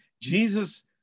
Jesus